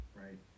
right